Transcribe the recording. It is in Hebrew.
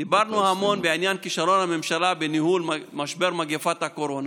דיברנו המון בעניין כישלון הממשלה בניהול משבר מגפת הקורונה.